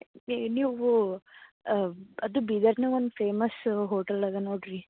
ನೀವು ಅದು ಬೀದರ್ನಾಗ ಒಂದು ಫೇಮಸ್ ಹೋಟೆಲ್ ಅದ ನೋಡಿರಿ